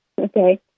Okay